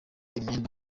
imyenda